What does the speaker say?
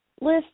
list